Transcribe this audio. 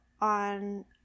on